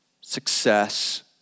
success